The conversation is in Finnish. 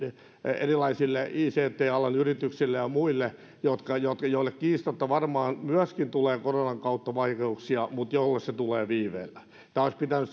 erilaisille ict alan yrityksille ja muille joille kiistatta varmaan myöskin tulee koronan kautta vaikeuksia mutta joille se tulee viiveellä tämä olisi pitänyt